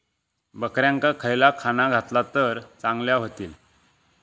बकऱ्यांका खयला खाणा घातला तर चांगल्यो व्हतील?